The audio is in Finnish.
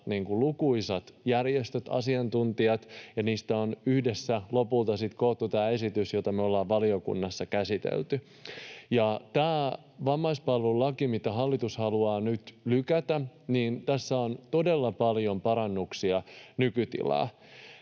lukuisat järjestöt ja asiantuntijat, ja niistä on yhdessä lopulta sitten koottu tämä esitys, jota me ollaan valiokunnassa käsitelty. Tässä vammaispalvelulaissa, mitä hallitus haluaa nyt lykätä, on todella paljon parannuksia nykytilaan.